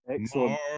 Excellent